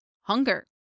hunger